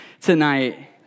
tonight